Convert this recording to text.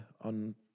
on